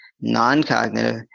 non-cognitive